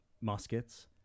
muskets